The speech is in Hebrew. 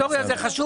ההיסטוריה חשובה,